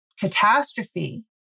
catastrophe